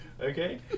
Okay